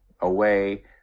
away